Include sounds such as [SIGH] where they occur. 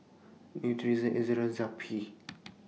Nutren Z Ezerra Zappy [NOISE]